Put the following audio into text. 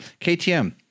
KTM